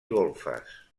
golfes